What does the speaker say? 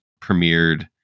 premiered